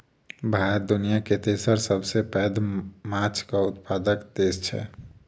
भारत दुनियाक तेसर सबसे पैघ माछक उत्पादक देस छै